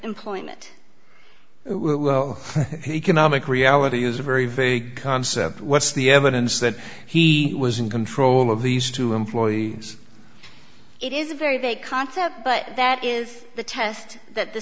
employment well he can now make reality is a very very big concept was the evidence that he was in control of these two employees it is a very vague concept but that is the test that the